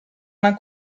una